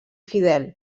fidel